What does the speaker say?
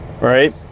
right